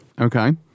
okay